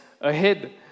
ahead